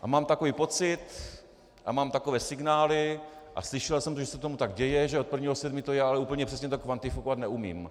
A mám takový pocit a mám takové signály a slyšel jsem, že se tomu tak děje, že od 1. 7. to je, ale úplně přesně to kvantifikovat neumím.